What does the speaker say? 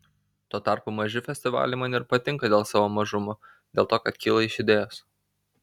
tuo tarpu maži festivaliai man ir patinka dėl savo mažumo dėl to kad kyla iš idėjos